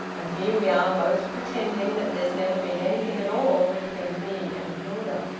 and here we are both pretending that there's never been anything at all between me and hilda!